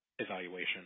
evaluation